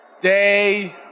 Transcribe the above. day